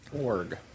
org